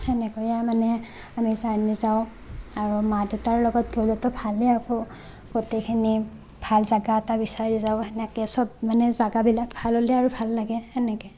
সেনেকৈয়ে মানে মানে আৰু মা দেউতাৰ লগত গ'লেতো ভালে আকৌ গোটেখিনি ভাল জেগা এটা বিচাৰি যাওঁ সেনেকৈ সব মানে জেগাবিলাক ভাল হ'লে আৰু ভাল লাগে সেনেকৈ